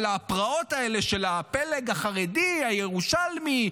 אלא הפרעות האלה של הפלג החרדי הירושלמי,